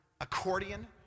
accordion